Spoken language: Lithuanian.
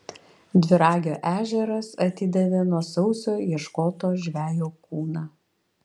dviragio ežeras atidavė nuo sausio ieškoto žvejo kūną